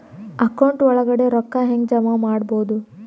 Account ಒಳಗಡೆ ರೊಕ್ಕ ಹೆಂಗ್ ಜಮಾ ಮಾಡುದು?